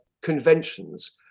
conventions